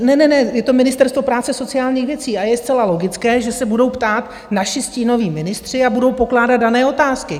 Ne, ne, ne, je to Ministerstvo práce a sociálních věcí, a je zcela logické, že se budou ptát naši stínoví ministři a budou pokládat dané otázky.